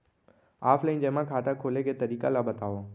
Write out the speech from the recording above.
Offline जेमा खाता खोले के तरीका ल बतावव?